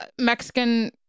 Mexican